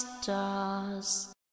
stars